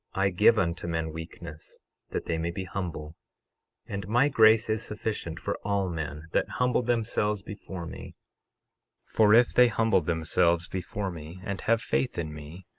i give unto men weakness that they may be humble and my grace is sufficient for all men that humble themselves before me for if they humble themselves before me, and have faith in me,